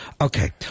Okay